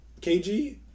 KG